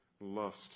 lust